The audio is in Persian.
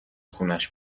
خونش